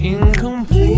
Incomplete